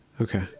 Okay